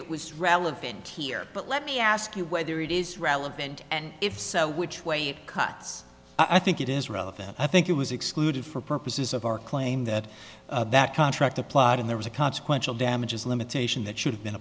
it was relevant here but let me ask you whether it is relevant and if so which way it cuts i think it is relevant i think it was excluded for purposes of our claim that that contract applied in there was a consequential damages limitation that should have been